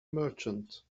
merchant